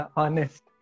honest